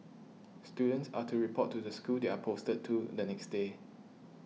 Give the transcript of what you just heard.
students are to report to the school they are posted to the next day